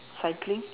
cycling